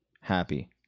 happy